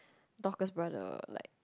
Dorcas brother like